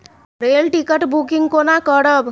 Rail ticket booking कोना करब?